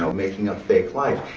so making up fake life.